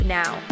now